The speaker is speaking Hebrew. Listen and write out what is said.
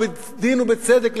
ובדין ובצדק,